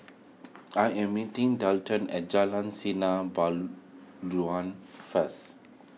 I am meeting Delton at Jalan Sinar first